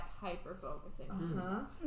hyper-focusing